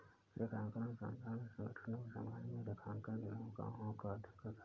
लेखांकन अनुसंधान ने संगठनों और समाज में लेखांकन की भूमिकाओं का अध्ययन करता है